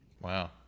Wow